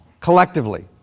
collectively